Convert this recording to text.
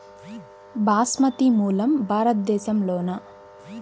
బాస్మతి మూలం భారతదేశంలోనా?